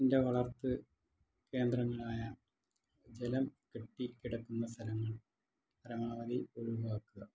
ഇൻ്റെ വളർത്ത് കേന്ദ്രങ്ങളായ ജലം കെട്ടി കിടക്കുന്ന സ്ഥലങ്ങൾ പരമാവധി ഒഴിവാക്കുക